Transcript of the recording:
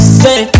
say